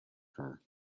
car